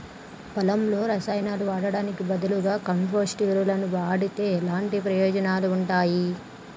పొలంలో రసాయనాలు వాడటానికి బదులుగా కంపోస్ట్ ఎరువును వాడితే ఎలాంటి ప్రయోజనాలు ఉంటాయి?